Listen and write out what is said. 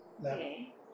Okay